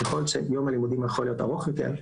ככל שיום הלימודים יכול להיות ארוך יותר,